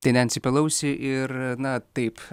tai nanci palausi ir na taip